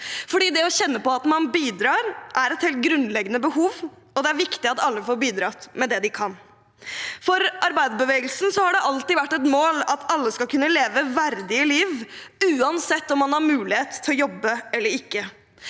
for å kjenne på at man bidrar, et helt grunnleggende behov, og det er viktig at alle får bidratt med det de kan. For arbeiderbevegelsen har det alltid vært et mål at alle skal kunne leve et verdig liv, uansett om man har mulighet til å jobbe eller ikke.